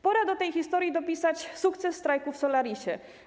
Pora do tej historii dopisać sukces strajku w firmie Solaris.